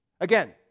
Again